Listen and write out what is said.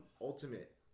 Ultimate